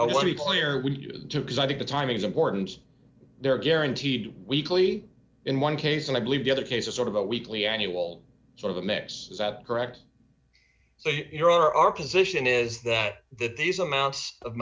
as i think the timing is important they're guaranteed weekly in one case and i believe the other case a sort of a weekly annual sort of a mix is that correct so you're our position is that that these amounts of